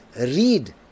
read